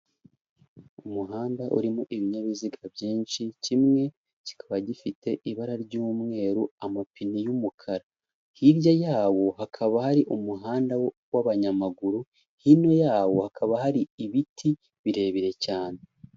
Umuhanda urimo ibinyabiziga byinshi kimwe kikaba gifite ibara ry'umweru, amapine y'umukara, hirya yawo hakaba hari umuhanda w'abanyamaguru, hino yawo hakaba hari ibiti birebire cyane.